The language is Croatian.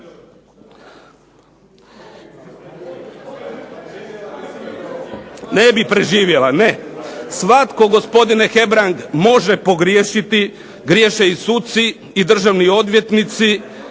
Ne bi preživjela. Svatko gospodine Hebrang može pogriješiti, griješe i suci i državni odvjetnici,